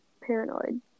paranoid